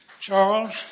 Charles